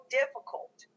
difficult